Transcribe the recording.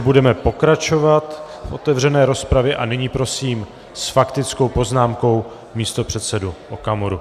Budeme pokračovat v otevřené rozpravě a nyní prosím s faktickou poznámkou místopředsedu Okamuru.